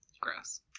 Gross